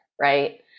Right